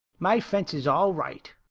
my fence is all right,